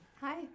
Hi